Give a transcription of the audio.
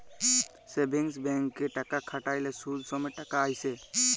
savings ব্যাংকে টাকা খ্যাট্যাইলে সুদ সমেত টাকা আইসে